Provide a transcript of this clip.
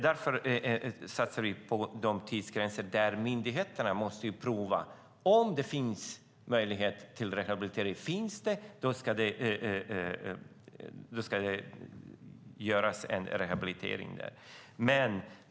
Därför satsar vi på de tidsgränser då myndigheterna måste pröva om det finns möjlighet till rehabilitering. Finns den möjligheten ska det göras en rehabilitering.